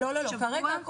לא, שבוע.